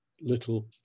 little